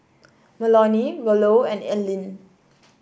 Melonie Rollo and Alleen